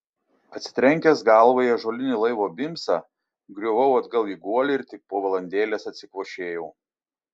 atsitrenkęs galva į ąžuolinį laivo bimsą griuvau atgal į guolį ir tik po valandėlės atsikvošėjau